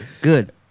Good